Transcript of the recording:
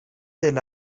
del